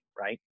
right